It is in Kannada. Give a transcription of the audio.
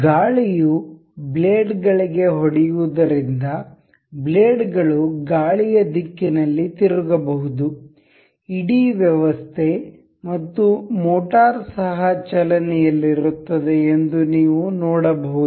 ಗಾಳಿಯು ಬ್ಲೇಡ್ಗಳಿಗೆ ಹೊಡೆಯುವುದರಿಂದ ಬ್ಲೇಡ್ಗಳು ಗಾಳಿಯ ದಿಕ್ಕಿನಲ್ಲಿ ತಿರುಗಬಹುದು ಇಡೀ ವ್ಯವಸ್ಥೆ ಮತ್ತು ಮೋಟರ್ ಸಹ ಚಲನೆಯಲ್ಲಿರುತ್ತದೆ ಎಂದು ನೀವು ನೋಡಬಹುದು